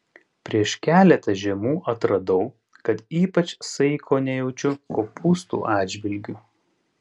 prieš keletą žiemų atradau kad ypač saiko nejaučiu kopūstų atžvilgiu